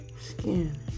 Skin